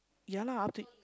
ya lah up to